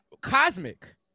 Cosmic